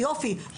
יופי.